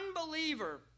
unbeliever